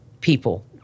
people